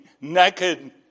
naked